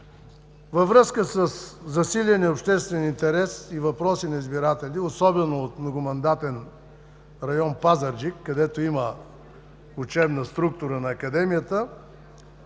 Във връзка със засиления обществен интерес и въпроси на избиратели, особено от Многомандатен район – Пазарджик, където има учебна структура на Академията,